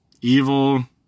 evil